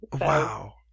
Wow